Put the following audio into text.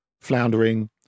floundering